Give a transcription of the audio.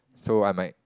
so I might